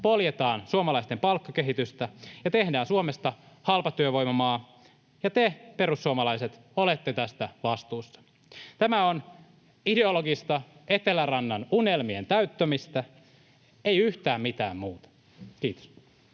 poljetaan suomalaisten palkkakehitystä ja tehdään Suomesta halpatyövoimamaa, ja te perussuomalaiset olette tästä vastuussa. Tämä on ideologista Etelärannan unelmien täyttämistä. Ei yhtään mitään muuta. — Kiitos.